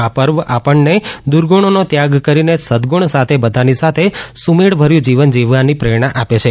આ પર્વ આપણને દુર્ગુણોનો ત્યાગ કરીને સદગુણ સાથે બધાની સાથે સુમેળભર્યું જીવવાની પ્રેરણા આપે છે